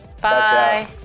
Bye